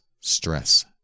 stress